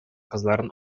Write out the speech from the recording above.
кызларын